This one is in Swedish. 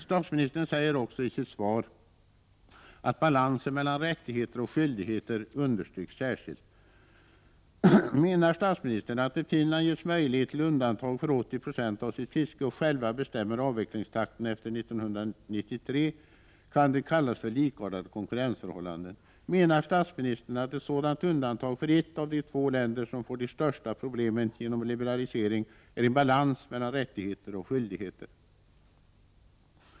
Statsministern säger också i sitt svar att balansen mellan rättigheter och skyldigheter understryks särskilt. Menar statsministern att det, när Finland getts möjlighet till undantag för 80 0 av sitt fiske och självt bestämmer avvecklingstakten efter 1993, kan kallas för likartade konkurrensförhållanden? Menar statsministern att ett sådant undantag för ett av de två länder som får de största problemen genom liberalisering är en balans mellan rättigheter och skyldigheter?